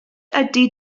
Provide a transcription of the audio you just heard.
ydy